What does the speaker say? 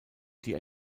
die